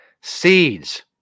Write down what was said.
Seeds